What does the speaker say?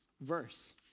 verse